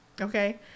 okay